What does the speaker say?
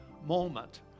moment